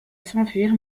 s’enfuir